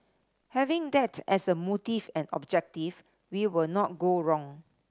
having that as a motive and objective we will not go wrong